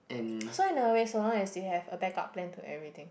so in a way so long as you have a back up plan to everything